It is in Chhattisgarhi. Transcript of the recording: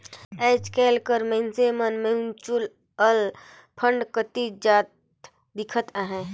आएज काएल कर मइनसे मन म्युचुअल फंड कती जात दिखत अहें